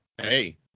hey